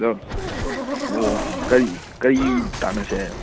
ꯑꯣ ꯀꯔꯤ ꯀꯔꯤ ꯇꯥꯟꯅꯁꯦ ꯍꯥꯏꯅꯣ